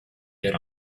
get